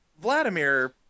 vladimir